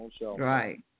Right